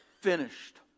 finished